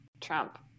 Trump